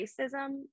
racism